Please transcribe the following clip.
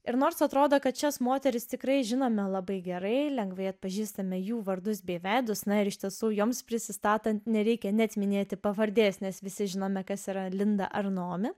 ir nors atrodo kad šias moteris tikrai žinome labai gerai lengvai atpažįstame jų vardus bei veidus na ir iš tiesų joms prisistatant nereikia net minėti pavardės nes visi žinome kas yra linda ar naomi